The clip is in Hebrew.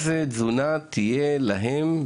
החלטנו על איזו תזונה תהיה להם.